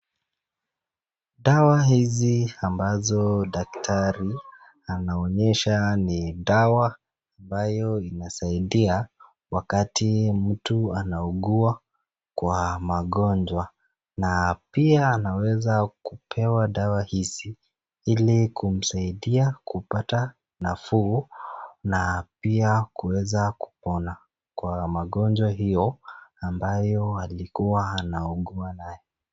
Dawa hizi ambazo daktari anaonyesha ni dawa ambayo inasaidia wakati mtu anaugua kwa magonjwa na pia anaweza kupewa dawa hizi ili kumsadia kupata nafuu na pia kuweza kupona kwa magonjwa hio ambayo alikua anaugua naye.